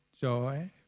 joy